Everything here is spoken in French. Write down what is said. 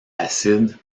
acide